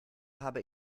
habe